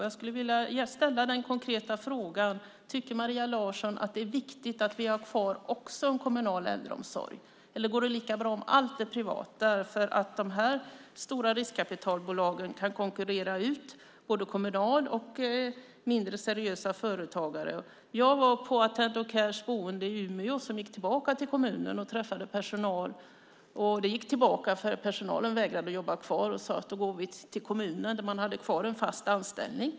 Jag skulle vilja ställa den konkreta frågan: Tycker Maria Larsson att det är viktigt att vi har kvar också en kommunal äldreomsorg, eller går det lika bra om allt är privat? De stora riskkapitalbolagen kan konkurrera ut både kommunal verksamhet och mindre, seriösa företagare. Jag besökte Attendo Cares boende i Umeå - som återgick till kommunen - och träffade personal. Man gick tillbaka i kommunal regi, för personalen vägrade jobba kvar och ville gå till kommunen, där de hade fast anställning.